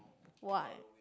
what